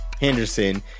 henderson